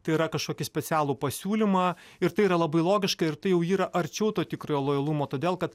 tai yra kažkokį specialų pasiūlymą ir tai yra labai logiška ir tai jau yra arčiau to tikrojo lojalumo todėl kad